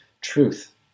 truth